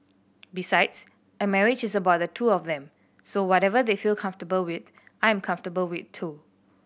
besides a marriage is about the two of them so whatever they feel comfortable with I am comfortable with too